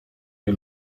nie